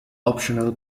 optional